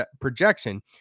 projection